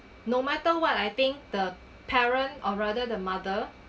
no matter what I think the parent or rather the mother